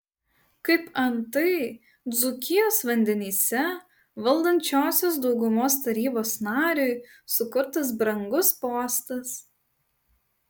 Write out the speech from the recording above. kaip antai dzūkijos vandenyse valdančiosios daugumos tarybos nariui sukurtas brangus postas